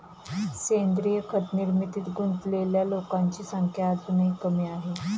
सेंद्रीय खत निर्मितीत गुंतलेल्या लोकांची संख्या अजूनही कमी आहे